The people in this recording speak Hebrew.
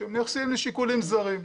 כשמייחסים לי שיקולים זרים.